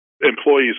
employees